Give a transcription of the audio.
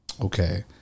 Okay